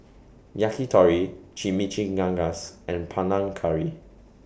Yakitori Chimichangas and Panang Curry